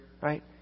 right